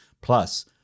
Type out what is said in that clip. Plus